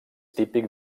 típic